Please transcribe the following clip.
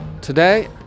Today